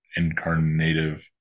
incarnative